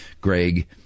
Greg